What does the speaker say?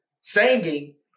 singing